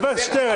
חבר הכנסת שטרן,